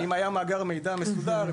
-- אם היה מאגר מידע מסודר,